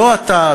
לא אתה,